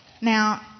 Now